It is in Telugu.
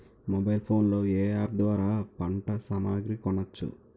మొబైల్ ఫోన్ లో ఏ అప్ ద్వారా పంట సామాగ్రి కొనచ్చు?